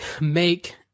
make